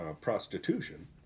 prostitution